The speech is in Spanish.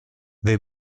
the